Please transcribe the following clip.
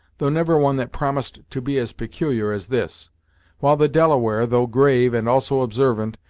though never one that promised to be as peculiar as this while the delaware, though grave, and also observant,